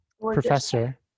professor